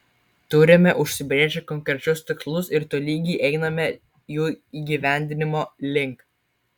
turime užsibrėžę konkrečius tikslus ir tolygiai einame jų įgyvendinimo link